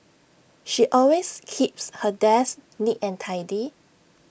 she always keeps her desk neat and tidy